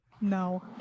No